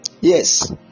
Yes